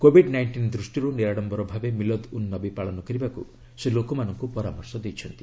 Covid nineteen ଦୃଷ୍ଟିରୁ ନିରାଡ଼ମ୍ବର ଭାବେ ମିଲଦ୍ ଉନ୍ ନବୀ ପାଳନ କରିବାକୁ ସେ ଲୋକମାନଙ୍କୁ ପରାମର୍ଶ ଦେଇଛନ୍ତି